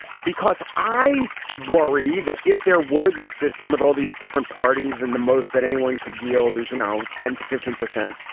because i worry that if there were this system with all these different parties and the most that anyone could wield as, you know, ten to fifteen percent,